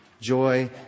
joy